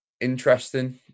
interesting